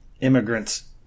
immigrants